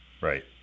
Right